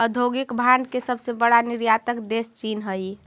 औद्योगिक भांड के सबसे बड़ा निर्यातक देश चीन हई